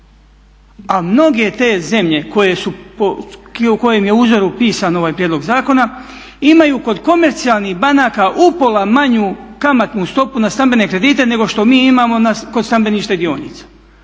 A mnoge te zemlje po čijem je uzoru pisan ovaj prijedlog zakona imaju kod komercijalnih banaka upola manju kamatnu stopu na stambene kredite nego što mi imamo kod stambenih štedionica